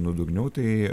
nuodugniau tai